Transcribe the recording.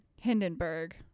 Hindenburg